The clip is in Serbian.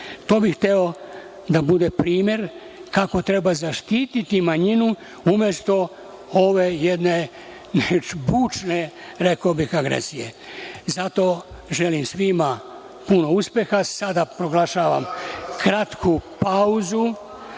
To bih hteo da bude primer kako treba zaštiti manjinu, umesto ove jedne bučne agresije. Želim svima puno uspeha. Sada proglašavam kratku pauzu